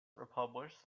republished